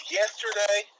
yesterday